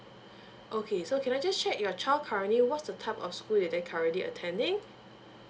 okay so can I just check your child currently what's the type of school are they currently attending